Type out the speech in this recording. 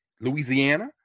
Louisiana